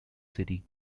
city